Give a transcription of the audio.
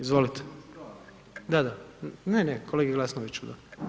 Izvolite. … [[Upadica sa strane, ne razumije se.]] Da, da, ne, ne, kolegi Glasnoviću, da.